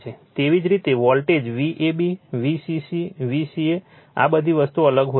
તેવી જ રીતે voltage Vab V c c a આ બધી વસ્તુઓ અલગ હોઈ શકે છે